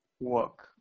work